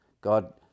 God